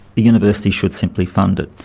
the university should simply fund it.